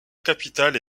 capitale